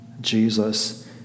Jesus